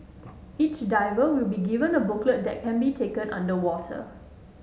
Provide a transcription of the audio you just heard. each diver will be given a booklet that can be taken underwater